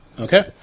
Okay